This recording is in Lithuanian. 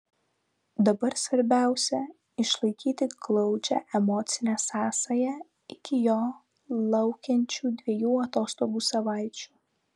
dabar svarbiausia išlaikyti glaudžią emocinę sąsają iki jo laukiančių dviejų atostogų savaičių